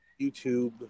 YouTube